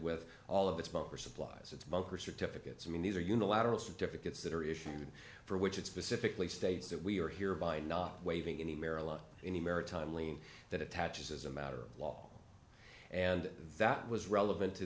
with all of its poker supplies it's bunker certificates i mean these are unilateral certificates that are issued for which it specifically states that we are hereby not waiving any maryla any maritime lien that attaches as a matter of law and that was relevant to